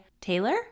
taylor